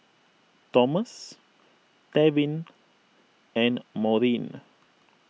Tomas Tevin and Maurine